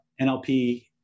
NLP